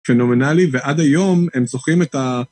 פנומנלי, ועד היום הם זוכים את ה...